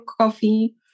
coffee